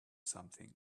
something